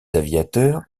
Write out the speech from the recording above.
aviateurs